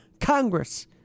Congress